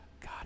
God